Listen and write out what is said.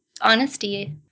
honesty